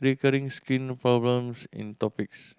recurring skin problems in tropics